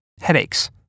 headaches